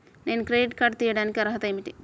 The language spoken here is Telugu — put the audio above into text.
నేను క్రెడిట్ కార్డు తీయడానికి అర్హత ఏమిటి?